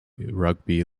rugby